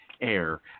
AIR